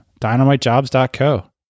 Dynamitejobs.co